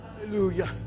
Hallelujah